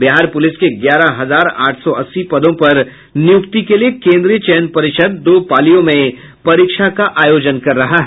Bihar police के ग्यारह हजार आठ सौ अस्सी पदों पर नियुक्ति के लिये केंद्रीय चयन पर्षद दो पालियों में परीक्षा का आयोजन कर रहा है